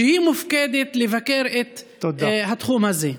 שהיא המופקדת על לבקר את התחום הזה.